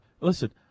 listen